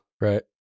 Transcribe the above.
Right